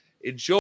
enjoy